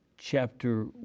Chapter